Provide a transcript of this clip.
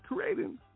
creating